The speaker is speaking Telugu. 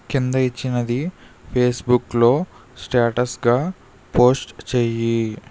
కింద ఇచ్చినది ఫేస్ బుక్లో స్టేటస్గా పోస్ట్ చెయ్యి